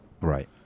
Right